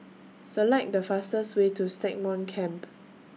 Select The fastest Way to Stagmont Camp